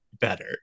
better